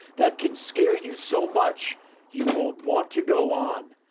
that can scare you so much you won't want to go on.